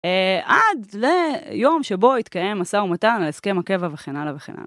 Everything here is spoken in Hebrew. עד ליום שבו יתקיים משא ומתן על הסכם הקבע וכן הלאה וכן הלאה.